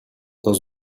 dans